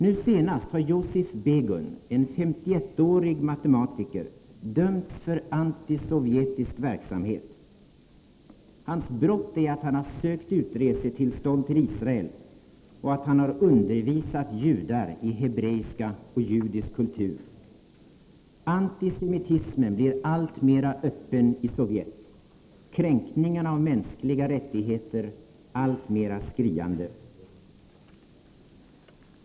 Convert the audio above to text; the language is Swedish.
Nu senast har Yosif Begun, en 51-årig matematiker, dömts för antisovjetisk verksamhet. Hans brott är att han har sökt utresetillstånd till Israel och att han har undervisat judar i hebreiska och judisk kultur. Antisemitismen blir alltmera öppen i Sovjet, kränkningarna av mänskliga rättigheter alltmera skriande.